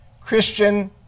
Christian